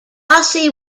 rossi